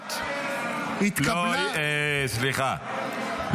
המיילדות התקבלה --- סליחה,